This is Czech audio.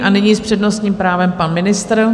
A nyní s přednostním právem pan ministr.